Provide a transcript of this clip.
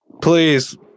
Please